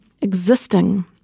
existing